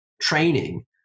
training